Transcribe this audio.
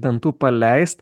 dantų paleist